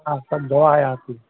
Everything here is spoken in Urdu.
ہاں سب دعا ہے آپ کی